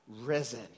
risen